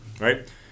right